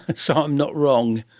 and so i'm not wrong,